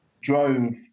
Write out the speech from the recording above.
drove